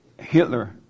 Hitler